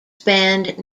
spanned